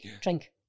Drink